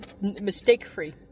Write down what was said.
mistake-free